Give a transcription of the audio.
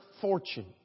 fortune